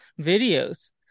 videos